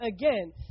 again